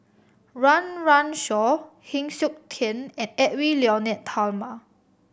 Run Run Shaw Heng Siok Tian and Edwy Lyonet Talma